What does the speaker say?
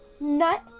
nut